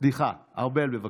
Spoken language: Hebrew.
סליחה, ארבל, בבקשה.